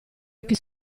occhi